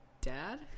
Dad